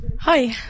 Hi